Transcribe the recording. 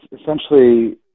essentially